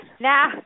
Now